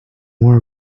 more